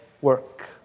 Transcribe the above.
work